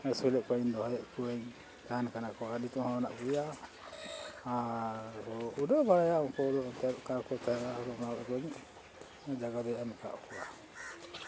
ᱟᱹᱥᱩᱞᱮᱫ ᱠᱚᱣᱟᱹᱧ ᱫᱚᱦᱚᱭᱮᱫ ᱠᱚᱣᱟᱹᱧ ᱛᱟᱦᱮᱱ ᱠᱟᱱᱟ ᱠᱚ ᱟᱨ ᱱᱤᱛᱚᱜ ᱦᱚᱸ ᱢᱮᱱᱟᱜ ᱠᱚᱜᱮᱭᱟ ᱟᱨ ᱨᱩᱟᱹᱣ ᱠᱚᱫᱚ ᱵᱟᱲᱟᱭᱟ ᱩᱱᱠᱩ ᱫᱚ ᱮᱱᱛᱮᱫ ᱚᱠᱟ ᱨᱮᱠᱚ ᱛᱟᱦᱮᱱᱟ ᱟᱨ ᱚᱱᱟ ᱠᱚᱫᱚᱧ ᱡᱟᱭᱜᱟ ᱫᱚᱧ ᱢᱮ ᱟᱠᱟᱫ ᱠᱚᱣᱟ